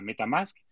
metamask